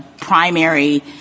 primary